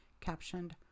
captioned